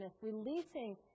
releasing